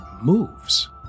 moves